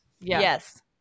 Yes